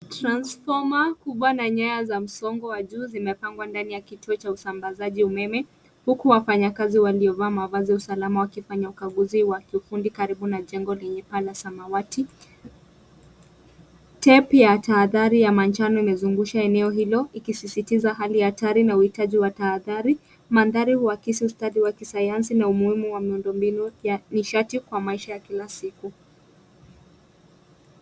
Transfoma kubwa na nyayo za msongo wa juu zimepangwa ndani ya kituo cha usambazaji wa umeme huku wafanyakazi waliovaa mavazi ya usalama wakifanya ukaguzi wa kikundi karibu na jengo lenye paa la samawati. Tape ya tahadhari ya manjano imezungusha eneo hilo, ikisisitiza hali hatari na uhitaji wa tahadhari. Mandhari uhakisi ustadi wa kisayansi na umuhimu wa miundombinu ya nishati kwa maisha ya kila siku.